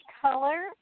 color